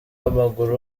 w’amaguru